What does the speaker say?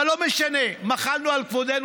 אבל לא משנה, מחלנו על כבודנו.